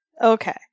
Okay